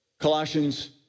Colossians